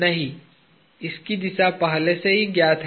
नहीं इसकी दिशा पहले से ही ज्ञात है